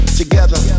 together